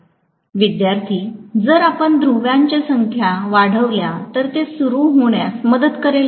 विद्यार्थीः जर आपण ध्रुव्यांची संख्या वाढविली तर ते सुरू होण्यास मदत करेल का